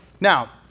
Now